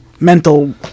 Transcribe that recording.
Mental